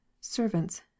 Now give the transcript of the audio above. servants